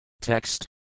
Text